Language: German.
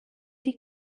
die